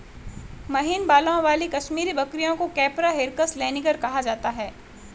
महीन बालों वाली कश्मीरी बकरियों को कैपरा हिरकस लैनिगर कहा जाता है